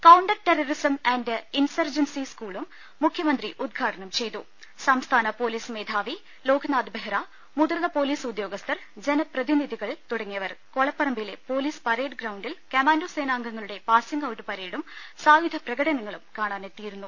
counter terrorism insurgency സ്കൂളും മുഖ്യമന്ത്രി ഉദ്ഘാടനം ചെയ്തു് സംസ്ഥാന പൊലീസ് മേധാവി ലോക്നാഥ് ബെഹ്റ മുതിർന്ന് പൊലീസ് ഉദ്യോഗസ്ഥർ ജനപ്രതിനിധികൾ തുട ങ്ങിയവർ കൊളപ്പറമ്പിലെ പൊലീസ് പരേഡ് ഗ്രൌണ്ടിൽ കമാന്റോ സേനാംഗൃങ്ങളുടെ പാസിംഗ് ഔട്ട് പരേഡും സായുധ പ്രകടന ങ്ങളും കാണാനെത്തിയിരുന്നു